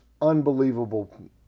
unbelievable